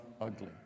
ugly